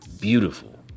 beautiful